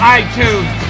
iTunes